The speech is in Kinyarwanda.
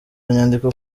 nyandiko